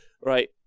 Right